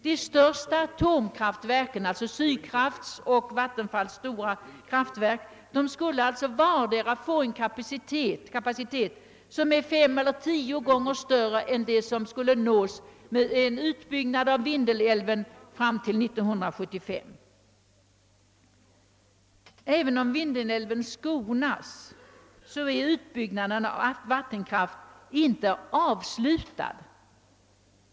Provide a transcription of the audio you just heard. De största atomkraftverken skulle vardera få en kapacitet som är fem eller tio gånger större än den som skulle nås genom en utbyggnad av Vindelälven fram till 1975. även om Vindelälven skonas, är utbyggnaden av vattenkraften inte avslutad.